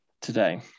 today